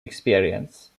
experience